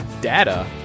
data